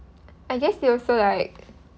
I guess they also like